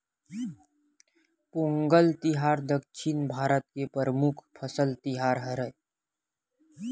पोंगल तिहार दक्छिन भारत के परमुख फसल तिहार हरय